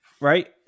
right